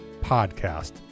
podcast